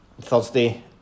Thursday